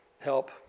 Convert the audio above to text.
help